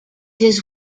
his